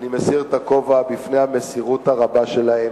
אני מסיר את הכובע בפני המסירות הרבה שלהם,